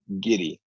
giddy